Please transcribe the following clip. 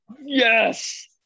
yes